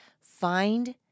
find